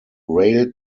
rail